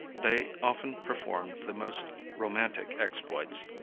they often performed the most romantic exploits.